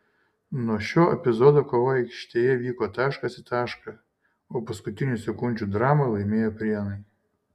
nuo šio epizodo kova aikštėje vyko taškas į tašką o paskutinių sekundžių dramą laimėjo prienai